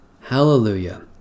Hallelujah